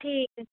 ਠੀਕ